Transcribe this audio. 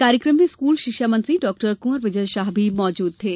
कार्यक्रम में स्कूल शिक्षा मंत्री डॉ क्वर विजय शाह भी मौजूद थे